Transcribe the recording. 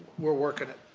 we're working it.